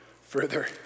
further